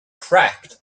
cracked